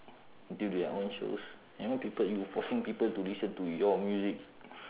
do their own shows you know people you forcing people to listen to your music